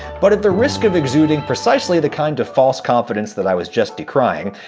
but at the risk of exuding precisely the kind of false confidence that i was just decrying